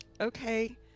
okay